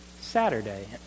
Saturday